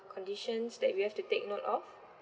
conditions that we have to take note of